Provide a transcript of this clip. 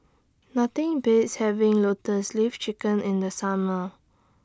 Nothing Beats having Lotus Leaf Chicken in The Summer